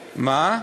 מה?